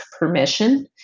permission